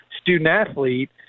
student-athlete